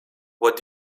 what